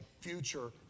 future